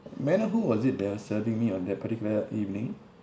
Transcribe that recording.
may I know who was it that were serving me on that particular evening